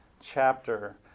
chapter